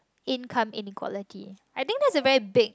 income inequality I think that is very big